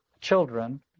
children